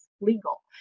legal